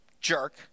jerk